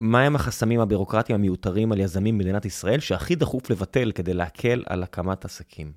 מהם החסמים הבירוקרטיים המיותרים על יזמים במדינת ישראל שהכי דחוף לבטל כדי להקל על הקמת עסקים?